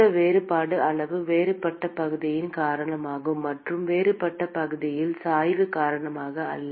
இந்த வேறுபாடு அளவு வேறுபட்ட பகுதியின் காரணமாகும் மற்றும் வேறுபட்ட வெப்பநிலை சாய்வு காரணமாக அல்ல